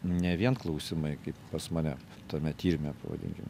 ne vien klausimai kaip pas mane tame tyrime pavadinkim